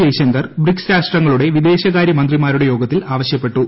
Jaishankar BRICS രാഷ്ട്രങ്ങളുടെ വിദേശകാര്യ മന്ത്രിമാരുടെ യോഗത്തിൽ ആവശ്യപ്പെട്ടു